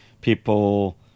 People